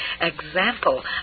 example